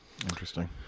Interesting